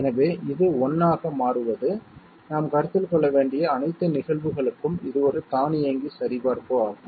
எனவே இது 1 ஆக மாறுவது நாம் கருத்தில் கொள்ள வேண்டிய அனைத்து நிகழ்வுகளுக்கும் இது ஒரு தானியங்கி சரிபார்ப்பு ஆகும்